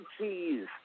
cheese